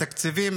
התקציבים.